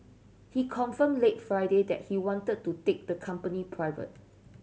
he confirmed late Friday that he want to take the company private